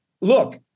look